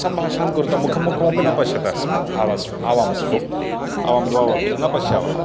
सम्भाषणं कुरुतः मुखं मुखमपि न पश्यतःस्म आवाम् आवां स्पो आवां द्वावपि न पश्यावः